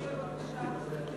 תוסיף את קולי בבקשה.